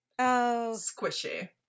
squishy